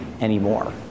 anymore